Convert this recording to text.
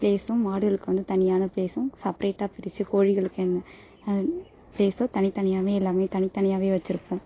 பிளேஸும் மாடுகளுக்கு வந்து தனியான பிளேஸும் செப்ரேட்டாக பிரித்து கோழிகளுக்கு என்ன பிளேஸோ தனித்தனியாமே எல்லாமே தனித்தனியாகவே வச்சிருப்போம்